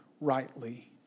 rightly